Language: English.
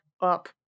up